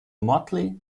motley